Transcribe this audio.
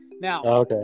Now